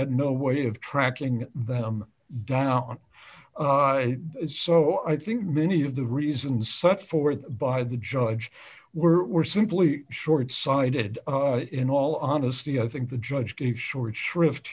had no way of tracking them down so i think many of the reasons such forth by the judge were simply short sighted in all honesty i think the judge gave short shrift